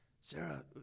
Sarah